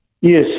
Yes